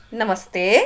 Namaste